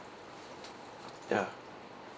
ya